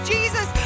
Jesus